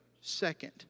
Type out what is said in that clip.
second